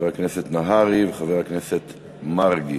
חבר הכנסת נהרי וחבר הכנסת מרגי.